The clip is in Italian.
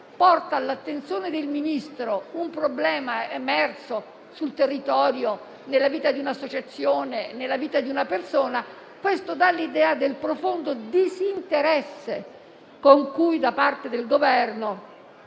porta all'attenzione del Ministro un problema emerso sul territorio, nella vita di un'associazione, nella vita di una persona, questo dà l'idea del profondo disinteresse con cui da parte del Governo